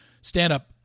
stand-up